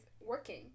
working